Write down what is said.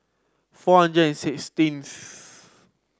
four hundred and sixteenth